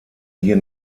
hier